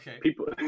people